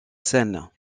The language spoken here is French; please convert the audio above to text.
seine